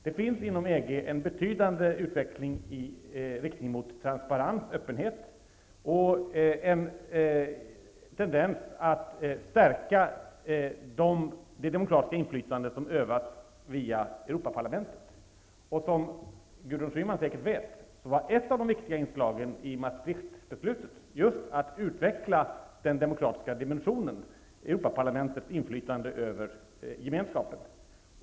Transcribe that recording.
Det förekommer inom EG en betydande utveckling i riktning mot en transparent öppenhet och en tendens att stärka det demokratiska inflytande som utövas via Europaparlamentet. Som Gudrun Schyman säkerligen vet var ett av de viktiga inslagen i Maastrichtbesluten just att utveckla den demokratiska dimensionen när det gäller Europaparlamentets inflytande över Gemenskapen.